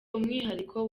umwihariko